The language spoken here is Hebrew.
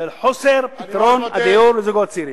של חוסר פתרון דיור לזוגות צעירים.